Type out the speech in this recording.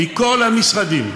מכל המשרדים,